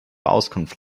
auskunft